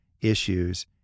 issues